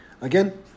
Again